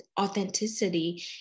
authenticity